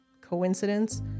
coincidence